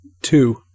Two